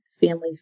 family